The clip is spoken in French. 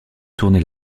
tournées